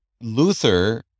Luther